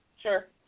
Sure